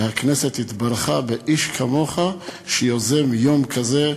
שהכנסת התברכה באיש כמוך שיוזם יום כזה,